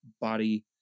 body